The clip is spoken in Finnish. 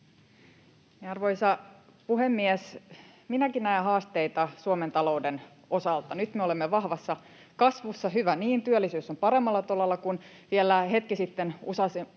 Arvoisa puhemies! Minäkin näen haasteita Suomen talouden osalta. Nyt me olemme vahvassa kasvussa, hyvä niin, työllisyys on paremmalla tolalla kuin vielä hetki sitten osasimme